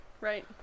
Right